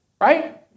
Right